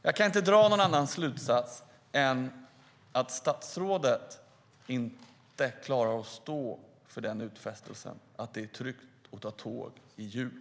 Jag kan inte dra någon annan slutsats än att statsrådet inte klarar att stå för utfästelsen att det är tryggt att ta tåget i jul.